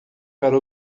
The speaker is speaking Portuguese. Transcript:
para